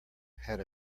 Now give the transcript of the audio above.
had